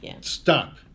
stop